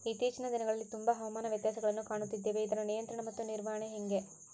ಇತ್ತೇಚಿನ ದಿನಗಳಲ್ಲಿ ತುಂಬಾ ಹವಾಮಾನ ವ್ಯತ್ಯಾಸಗಳನ್ನು ಕಾಣುತ್ತಿದ್ದೇವೆ ಇದರ ನಿಯಂತ್ರಣ ಮತ್ತು ನಿರ್ವಹಣೆ ಹೆಂಗೆ?